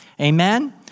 Amen